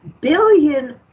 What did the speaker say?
billion